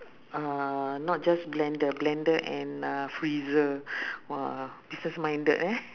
uh not just blender blender and a freezer !wah! business minded eh